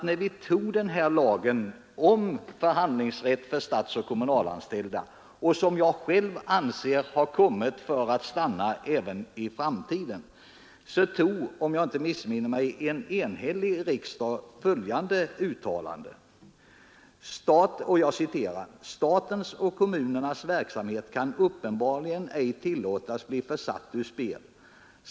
När vi antog lagen om förhandlingsrätt för statsoch kommunalanställda — vilken jag själv anser har kommit för att stanna — var det, om jag inte missminner mig, en enhällig riksdag som antog följande uttalande: ”Statens och kommunernas verksamhet kan uppenbarligen ej tillåtas bli försatt ur spel.